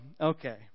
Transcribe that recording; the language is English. okay